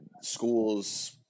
schools